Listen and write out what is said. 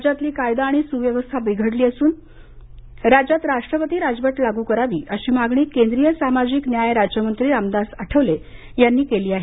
राज्यातली कायदा आणि सुव्यवस्था बिघडली असून राज्यात राष्ट्रपती राजवट लागू करावी अशी मागणी केंद्रीय सामाजिक न्याय राज्यमंत्री रामदास आठवले यांनी केली आहे